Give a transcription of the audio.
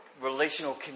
relational